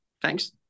thanks